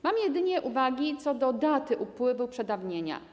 Mam jedynie uwagi co do daty upływu przedawnienia.